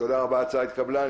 ההחלטה התקבלה.